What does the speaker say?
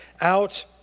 out